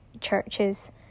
churches